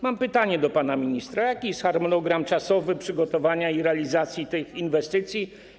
Mam pytanie do pana ministra: Jaki jest harmonogram czasowy przygotowania i realizacji tych inwestycji?